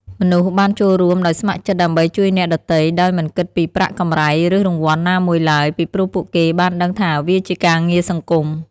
មនុស្សបានចូលរួមដោយស្ម័គ្រចិត្តដើម្បីជួយអ្នកដទៃដោយមិនគិតពីប្រាក់កម្រៃឬរង្វាន់ណាមួយឡើយ ពីព្រោះពួកគេបានដឹងថាវាជាការងារសង្គម។